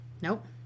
nope